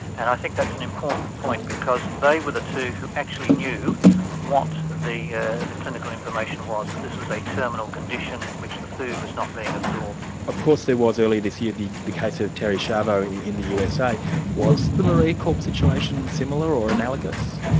and i think that's an important point, because they were the two who actually knew what the ah the clinical information was, that this was a terminal condition in which the food was not being absorbed. of course there was earlier this year the the case of terri schiavo yeah in the usa was the maria korp situation similar, or analogous?